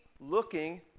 looking